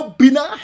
bina